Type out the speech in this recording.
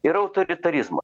yra autoritarizmo